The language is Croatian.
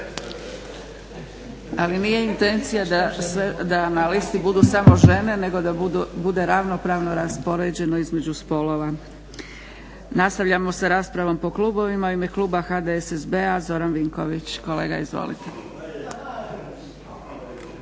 Ali nije intencija da na listi budu samo žene, nego da bude ravnopravno raspoređeno između spolova. Nastavljamo sa raspravom po klubovima. U ime kluba HDSSB-a Zoran Vinković. Kolega izvolite.